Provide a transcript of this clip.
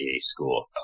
school